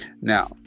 Now